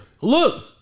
look